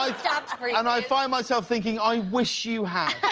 i mean and i find myself thinking i wish you had!